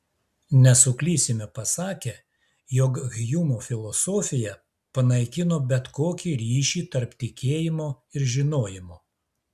nesuklysime pasakę jog hjumo filosofija panaikino bet kokį ryšį tarp tikėjimo ir žinojimo